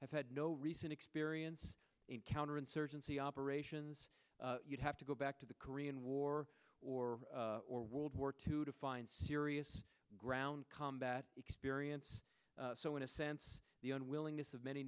have had no recent experience in counter insurgency operations you'd have to go back to the korean war or or world war two to find serious ground combat experience so in a sense the un willingness of many